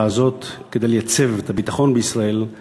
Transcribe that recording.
הזאת כדי לייצב את הביטחון בישראל היא